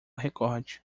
recorde